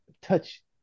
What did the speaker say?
touch